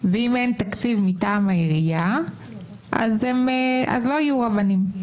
ואם אין תקציב מטעם העירייה, לא יהיו רבנים.